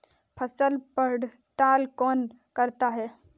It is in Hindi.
फसल पड़ताल कौन करता है?